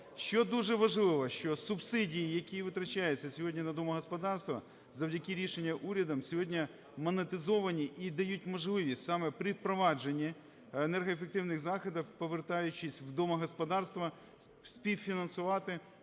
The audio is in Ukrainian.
Що дуже важливо, що субсидії, які витрачаються сьогодні на домогосподарства, завдяки рішенням уряду, сьогодні монетизовані і дають можливість саме при впровадженні енергоефективних заходів, повертаючись в домогосподарства, співфінансувати